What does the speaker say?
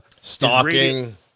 stalking